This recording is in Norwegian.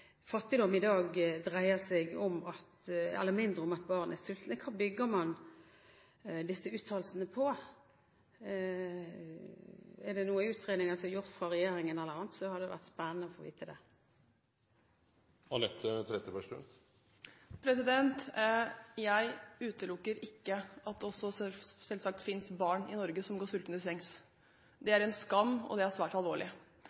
mindre om at barn er sultne, hva bygger man disse uttalelsene på? Er det gjort noen utredninger fra regjeringens side eller andre, så hadde det vært spennende å få vite det. Jeg utelukker selvsagt ikke at det finnes barn i Norge som går sultne til sengs. Det er en skam, og det er svært alvorlig.